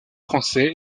français